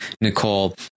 Nicole